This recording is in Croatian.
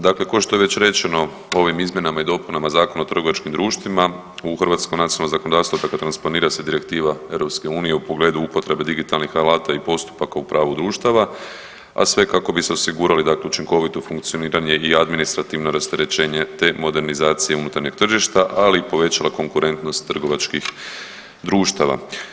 Dakle, ko što je već rečeno ovim izmjenama i dopunama Zakona o trgovačkim društvima u hrvatskog nacionalno zakonodavstvo dakle transponira se direktiva EU u pogledu upotrebe digitalnih alata i postupaka u pravu društava, a sve kako bi se osigurali dakle učinkovito funkcioniranje i administrativno rasterećenje te modernizacije unutarnjeg tržišta, ali i povećala konkurentnost trgovačkih društava.